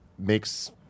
Makes